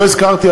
לא הזכרתי,